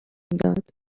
داد